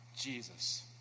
Jesus